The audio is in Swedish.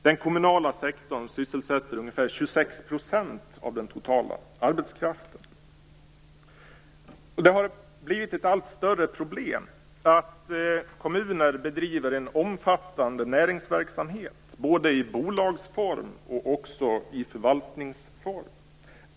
Den kommunala sektorn sysselsätter ungefär 26 % av den totala arbetskraften. Det har blivit ett allt större problem att kommunerna bedriver en omfattande näringsverksamhet både i bolags och förvaltningsform.